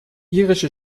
irische